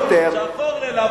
המצאת את הדבר הזה?